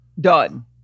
done